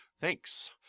Thanks